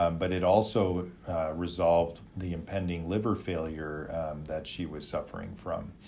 um but it also resolved the impending liver failure that she was suffering from.